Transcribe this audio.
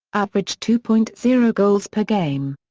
average two point zero goals per game.